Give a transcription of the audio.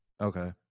Okay